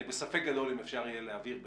אני בספק גדול אם אפשר יהיה להעביר בכנסת,